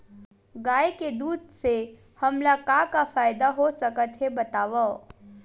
गाय के दूध से हमला का का फ़ायदा हो सकत हे बतावव?